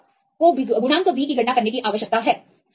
तो आपको गुणांक B की गणना करने की आवश्यकता है